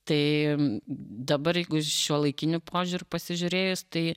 tai dabar jeigu šiuolaikiniu požiūriu pasižiūrėjus tai